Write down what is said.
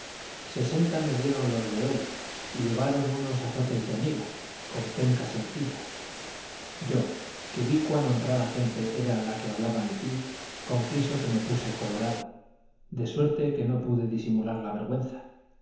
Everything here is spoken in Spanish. sesenta me dieron los de hoy y llevaron unos azotes de amigo con penca sencilla yo que vi cuán honrada gente era la que hablaba mi tío confieso que me puse colorado de suerte que no pude disimular la vergüenza